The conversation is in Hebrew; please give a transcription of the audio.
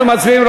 אנחנו מצביעים.